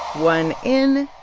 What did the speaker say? one in,